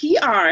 PR